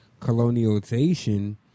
colonialization